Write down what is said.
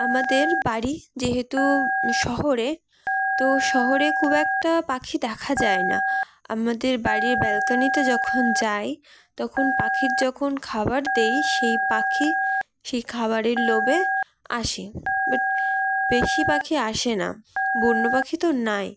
আমাদের বাড়ি যেহেতু শহরে তো শহরে খুব একটা পাখি দেখা যায় না আমাদের বাড়ির ব্যালকানিতে যখন যাই তখন পাখির যখন খাবার দেই সেই পাখি সেই খাবারের লোভে আসে বাট বেশি পাখি আসে না বন্য পাখি তো নাই